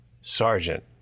sergeant